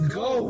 go